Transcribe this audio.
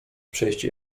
przejście